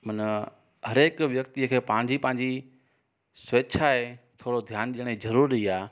मना हर हिकु व्यक्तिअ खे पंहिंजी पंहिंजी स्वेछा आहे थोरो ध्यानु ॾियण जरूरी आहे